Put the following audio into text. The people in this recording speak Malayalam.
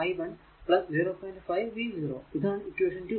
5 v0 ഇതാണ് ഇക്വേഷൻ 2